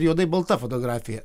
juodai balta fotografija